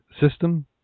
system